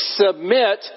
submit